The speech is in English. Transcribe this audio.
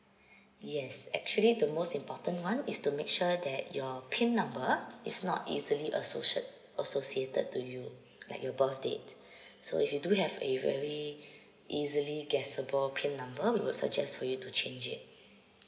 yes actually the most important one is to make sure that your PIN number is not easily associated to you like your birth date so if you do have a very easily guessable PIN number we will suggest for you to change it